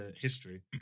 history